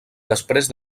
després